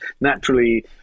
naturally